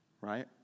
right